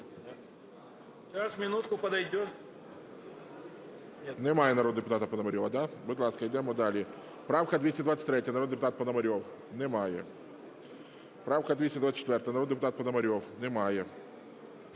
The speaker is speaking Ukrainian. Немає народного депутата Пономарьова, да? Будь ласка, йдемо далі. Правка 223, народний депутат Пономарьов. Немає. Правка 224, народний депутат Пономарьов. Немає.